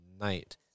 night